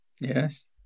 Yes